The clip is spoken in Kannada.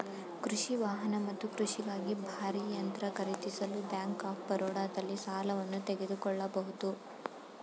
ಕೃಷಿ ವಾಹನ ಮತ್ತು ಕೃಷಿಗಾಗಿ ಭಾರೀ ಯಂತ್ರ ಖರೀದಿಸಲು ಬ್ಯಾಂಕ್ ಆಫ್ ಬರೋಡದಲ್ಲಿ ಸಾಲವನ್ನು ತೆಗೆದುಕೊಳ್ಬೋದು